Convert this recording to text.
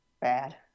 bad